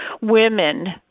women